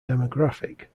demographic